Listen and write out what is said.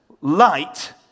light